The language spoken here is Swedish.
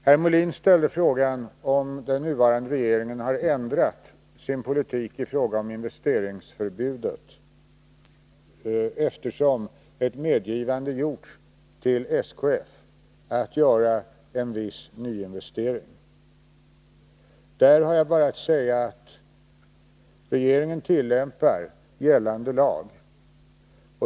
Herr Molin ställde frågan om den nuvarande regeringen ändrat sin politik i fråga om investeringsförbudet, eftersom ett medgivande gjorts till SKF att göra en viss nyinvestering. Där har jag bara att säga att regeringen tillämpar gällande lag.